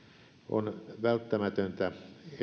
on välttämätöntä